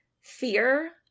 fear